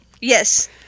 Yes